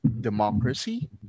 democracy